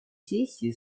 сессии